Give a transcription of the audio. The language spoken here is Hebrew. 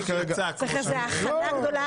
צריך איזו הכנה גדולה.